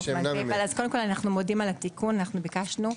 אז קודם כל אנחנו מודים על התיקון, אנחנו ביקשנו.